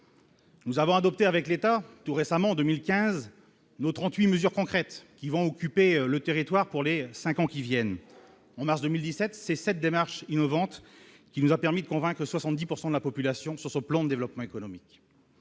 Nous avons adopté avec l'État, tout récemment, en 2015 no 38 mesures concrètes qui vont occuper le territoire pour les 5 ans qui viennent, en mars 2017, c'est cette démarche innovante qui nous a permis de convaincre 70 pourcent de de la population sur ce plan, développement économique,